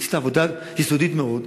עשית עבודה יסודית מאוד,